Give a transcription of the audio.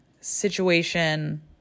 situation